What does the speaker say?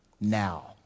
Now